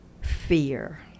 fear